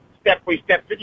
step-by-step